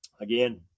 Again